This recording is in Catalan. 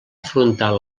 afrontar